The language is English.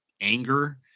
anger